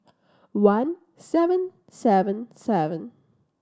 one seven seven seven